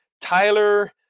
Tyler